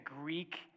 Greek